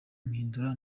mpindura